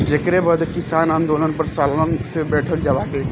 जेकरे बदे किसान आन्दोलन पर सालन से बैठल बाड़े